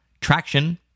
Traction